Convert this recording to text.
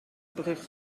brug